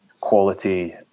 quality